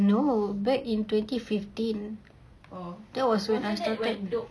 no back in twenty fifteen that was when I started